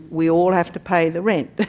we all have to pay the rent, but